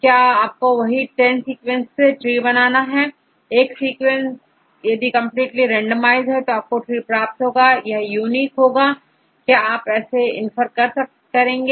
क्योंकि आप यहां 10सीक्वेंसेस से treeका निर्माण कर लेते हैं एक सिक्वेंस यदि कंपलीटली रेंडमाइज हो तो भी आपको tree प्राप्त होगा यह यूनिक होगा क्या आप कैसे infer करेंगे